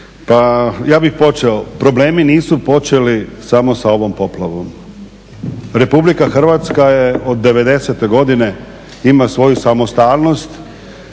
pa ja bih počeo, problemi nisu počeli samo sa ovom poplavom. Republika Hrvatska od '90. godine ima svoju samostalnost